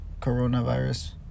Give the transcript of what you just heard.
coronavirus